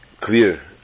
clear